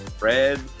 red